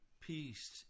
peace